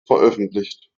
veröffentlicht